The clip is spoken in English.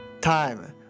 time